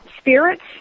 spirits